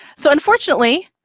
so unfortunately,